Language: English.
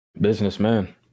Businessman